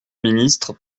ministre